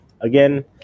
again